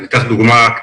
אני אתן לך דוגמה קטנה.